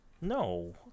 No